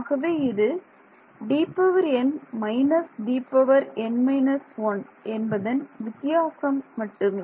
ஆகவே இது Dn − Dn−1 என்பதன் வித்தியாசம் மட்டுமே